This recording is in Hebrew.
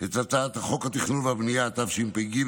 את הצעת חוק התכנון והבנייה, התשפ"ג.